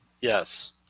Yes